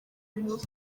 nkuru